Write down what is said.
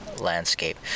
landscape